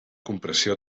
compressió